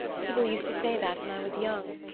people used to say that when i was young,